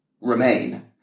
remain